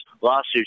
lawsuits